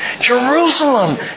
Jerusalem